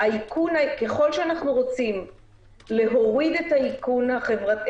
ככל שאנחנו רוצים להוריד את רמת